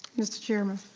mr. chairman.